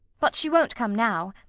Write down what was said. but she won't come now,